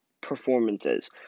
performances